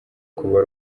kuba